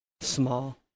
small